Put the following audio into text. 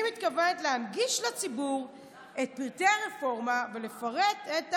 אני מתכוונת להנגיש לציבור את פרטי הרפורמה ולפרט את"